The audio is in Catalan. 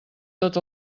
tot